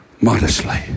modestly